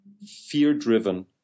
fear-driven